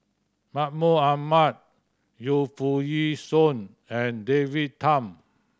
Mahmud Ahmad Yu Foo Yee Shoon and David Tham